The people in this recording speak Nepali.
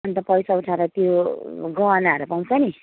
अन्त पैसा उठाएर त्यो गहनाहरू पाउँछ नि